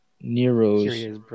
Nero's